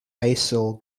acyl